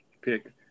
pick